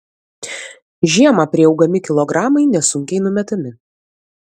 žiemą priaugami kilogramai nesunkiai numetami